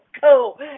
go